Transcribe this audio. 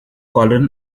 colin